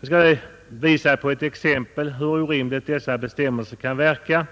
Jag skall med ett exempel visa hur orimligt denna regel kan verka.